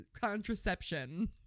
contraception